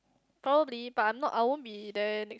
probably but I'm not I won't be there ne~